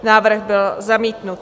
Návrh byl zamítnut.